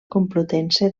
complutense